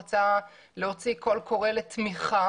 רצה להוציא קול קורא לתמיכה,